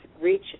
reach